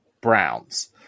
Browns